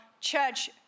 church